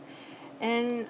and